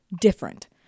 different